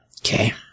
okay